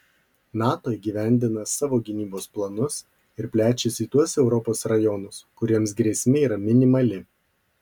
nato įgyvendina savo gynybos planus ir plečiasi į tuos europos rajonus kuriems grėsmė yra minimali